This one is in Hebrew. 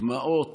דמעות